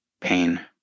pain